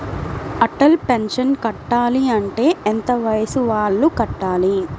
Atal pension కట్టాలి అంటే ఎంత వయసు వాళ్ళు కట్టాలి?